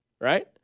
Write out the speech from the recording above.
right